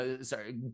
sorry